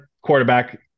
quarterback